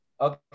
Okay